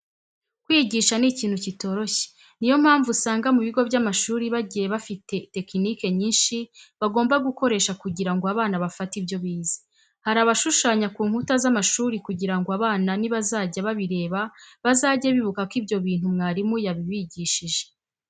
Kwigisha ni ikintu kitoroshye, niyo mpamvu usanga mu bigo by'amashuri bagiye bafite tekenike nyinshi bagomba gukoresha kugira ngo abana bafate ibyo bize. Hari abashushanya ku nkuta z'amashuri kugira ngo abana nibazajya babireba bazajye bibuka ko ibyo bintu mwarimu yabibigishije.